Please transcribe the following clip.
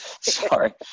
sorry